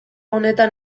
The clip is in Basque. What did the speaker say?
honetan